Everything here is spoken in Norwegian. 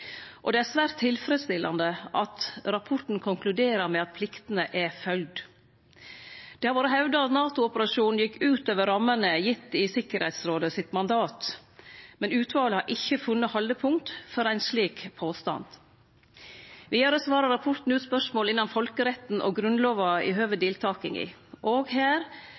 og det er svært tilfredsstillande at rapporten konkluderer med at pliktene er følgde. Det har vore hevda at NATO-operasjonen gjekk utover rammene gitt i Sikkerheitsrådet sitt mandat, men utvalet har ikkje funne haldepunkt for ein slik påstand. Vidare svarar rapporten ut spørsmål innan folkeretten og Grunnlova i høve deltakinga. Òg her er konklusjonane at både prosess, vedtak og